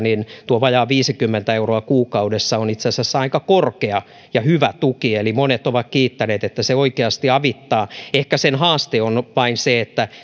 tuo vajaa viisikymmentä euroa kuukaudessa on itse asiassa aika korkea ja hyvä tuki eli monet ovat kiittäneet että se oikeasti avittaa ehkä sen haaste on vain se että